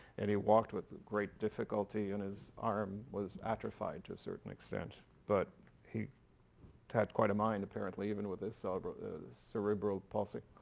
and he walked with great difficulty, and his arm was atrophied to a certain extent. but he had quite a mind apparently even with this cerebral cerebral palsy.